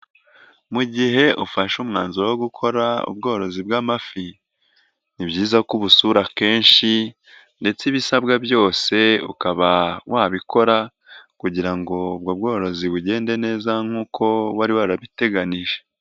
Mu gihe ufashe umwanzuro wo gukora ubworozi bw'amafi ni byiza ko ubusura kenshi ndetse ibisabwa byose ukaba wabikora kugira ngo ubwo bworozi bugende neza nk'uko wari warabiteganyije.